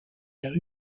der